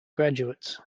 graduates